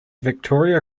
victoria